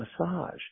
massage